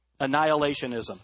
annihilationism